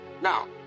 Now